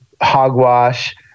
hogwash